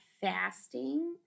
fasting